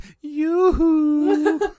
Yoo-hoo